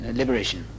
liberation